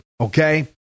okay